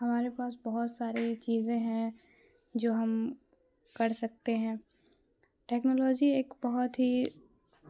ہمارے پاس بہت ساری چیزیں ہیں جو ہم کر سکتے ہیں ٹیکنالوجی ایک بہت ہی